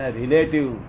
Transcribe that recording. relative